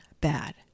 bad